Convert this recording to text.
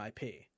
IP